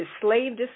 slave